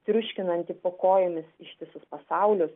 triuškinantį po kojomis ištisus pasaulius